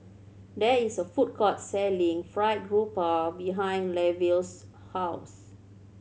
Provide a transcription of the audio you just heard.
there is a food court selling Fried Garoupa behind Lavelle's house